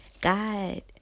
God